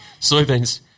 soybeans